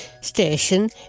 Station